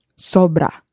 Sobra